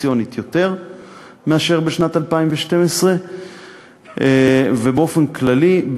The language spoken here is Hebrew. פרופורציונית יותר מאשר בשנת 2012. באופן כללי,